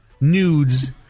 nudes